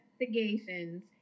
investigations